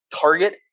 target